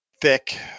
thick